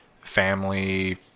family